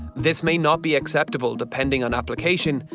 this may not be acceptable depending on application,